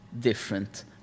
different